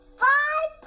five